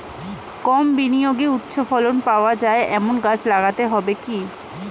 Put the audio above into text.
কম বিনিয়োগে উচ্চ ফলন পাওয়া যায় এমন গাছ লাগাতে হবে কি?